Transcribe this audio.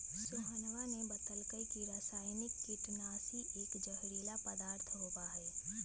सोहनवा ने बतल कई की रसायनिक कीटनाशी एक जहरीला पदार्थ होबा हई